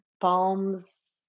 Balm's